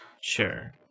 Sure